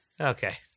Okay